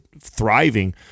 thriving